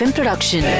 Production